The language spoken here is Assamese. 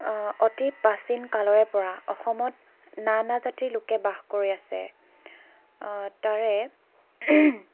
অতি প্ৰাচীন কালৰে পৰা অসমত নানা জাতিৰ লোকে বাস কৰি আছে তাৰে